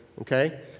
okay